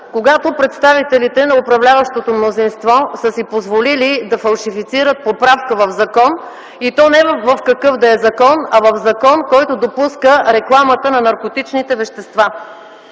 когато представителите на управляващото мнозинство са си позволили да фалшифицират поправка в закон и то не в какъв да е закон, а в закон, който допуска рекламата на наркотичните вещества.